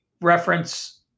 reference